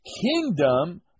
kingdom